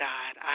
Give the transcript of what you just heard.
God